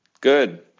Good